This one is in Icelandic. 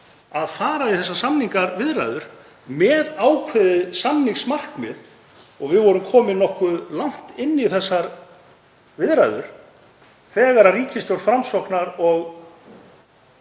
að fara í þessar samningaviðræður með ákveðið samningsmarkmið. Við vorum komin nokkuð langt inn í þessar viðræður þegar ríkisstjórn Framsóknar og